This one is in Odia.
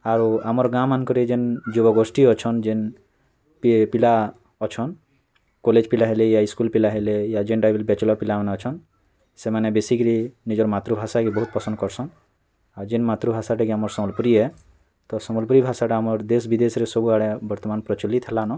ଆଉ ଆମର୍ ଗାଁ ମାନକ୍ରେ ଯେନ୍ ଯୁବ ଗୋଷ୍ଠୀ ଅଛନ ଯେନ୍ ପିଲା ଅଛନ୍ କଲେଜ୍ ପିଲା ହେଲେ ୟା ସ୍କୁଲ୍ ପିଲା ହେଲେ ୟା ଯେନ୍ତା ବିଲ୍ ବେଚଲର୍ ପିଲାମାନେ ଅଛନ୍ ସେମାନେ ବେଶୀକିରି ନିଜର୍ ମାତୃଭାଷାକେ ବହୁତ ପସନ୍ଦ କରସନ୍ ଆଉ ଯେନ୍ ମାତୃଭାଷାଟା କି ଆମର୍ ସମ୍ବଲପୁରୀ ଏ ତ ସମ୍ବଲପୁରୀ ଭାଷାଟା ଆମର୍ ଦେଶ୍ ବିଦେଶ୍ରେ ସବୁଆଡ଼େ ବର୍ତ୍ତମାନ୍ ପ୍ରଚଲିତ୍ ହେଲା ନ